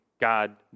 God